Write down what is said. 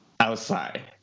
outside